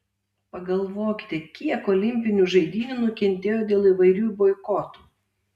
pagalvokite kiek olimpinių žaidynių nukentėjo dėl įvairių boikotų